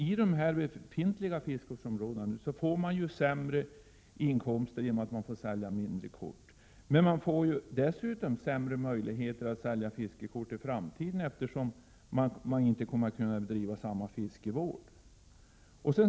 I de befintliga fiskevårdsområdena får man ju sämre inkomster genom att ett mindre antal kort säljs. Men man får dessutom sämre möjligheter att sälja fiskekort i framtiden, eftersom man inte kommer att kunna bedriva samma fiskevård som förut.